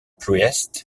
priest